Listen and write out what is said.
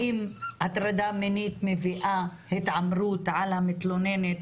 האם הטרדה מינית מביאה התעמרות על המתלוננת,